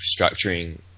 structuring